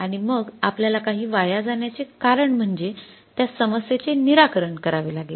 आणि मग आपल्याला काही वाया जाण्याचे कारण म्हणजे त्या समस्येचे निराकरण करावे लागेल